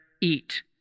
eat